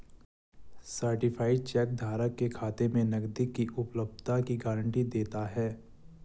certified cheque धारक के खाते में नकदी की उपलब्धता की गारंटी देता है